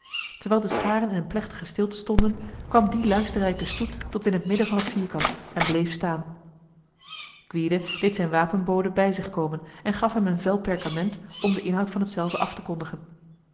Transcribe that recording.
terwijl de scharen in een plechtige stilte stonden kwam die luisterrijke stoet tot in het midden van het vierkant en bleef staan gwyde deed zijn wapenbode bij zich komen en gaf hem een vel perkament om de inhoud van hetzelve af te kondigen